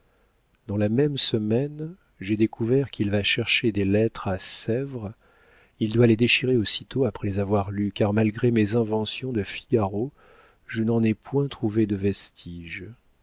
dans la même semaine j'ai découvert qu'il va chercher des lettres à sèvres il doit les déchirer aussitôt après les avoir lues car malgré mes inventions de figaro je n'en ai point trouvé de vestige